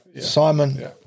Simon